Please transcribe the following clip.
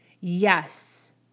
Yes